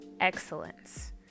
excellence